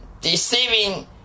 deceiving